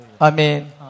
Amen